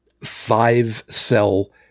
five-cell